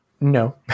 No